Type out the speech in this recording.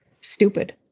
stupid